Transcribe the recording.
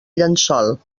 llençol